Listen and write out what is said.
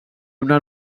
una